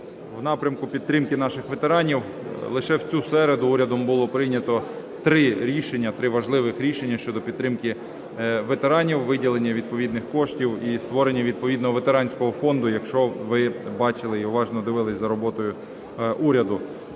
в напрямку підтримки наших ветеранів. Лише в цю середу урядом було прийнято три рішення, три важливих рішення щодо підтримки ветеранів, виділення відповідних коштів і створення відповідного ветеранського фонду, якщо ви бачили і уважно дивились за роботою уряду.